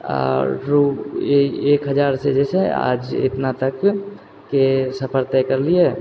आओर एक हजारसँ जे छै आज एतना तकके सफर तै करलिए